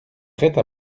prête